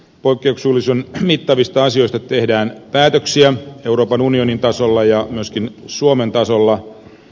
poikkeuksellisen mittavista asioista tehdään päätöksiä euroopan unionin tasolla ja myöskin suomen tasolla